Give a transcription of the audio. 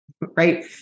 Right